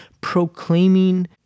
proclaiming